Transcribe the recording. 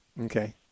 Okay